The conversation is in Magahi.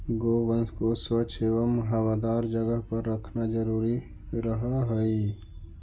गोवंश को स्वच्छ एवं हवादार जगह पर रखना जरूरी रहअ हई